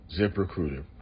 ZipRecruiter